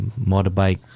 motorbike